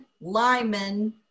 lyman